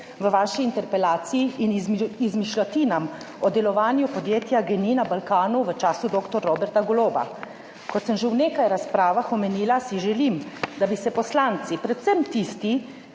v vaši interpelaciji in izmišljotin o delovanju podjetja GEN-I na Balkanu v času dr. Roberta Goloba. Kot sem že v nekaj razpravah omenila, si želim, da bi se poslanci, predvsem tisti,